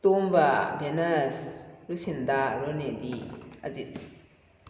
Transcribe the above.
ꯇꯣꯝꯕ ꯚꯦꯅꯁ ꯔꯨꯁꯤꯟꯗꯥ ꯔꯣꯅꯦꯕꯤ ꯑꯖꯤꯠ